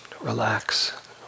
relax